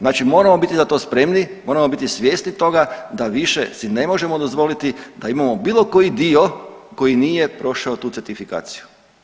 Znači moramo biti za to spremni, moramo biti svjesni toga da više si ne možemo dozvoliti da imamo bilo koji dio koji nije prošao tu certifikaciju.